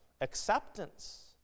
acceptance